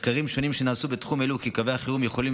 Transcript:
מחקרים שונים שנעשו בתחום העלו כי קווי החירום יכולים